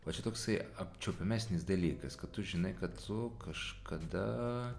va čia toksai apčiuopiamesnis dalykas kad tu žinai kad tu kažkada